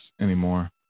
anymore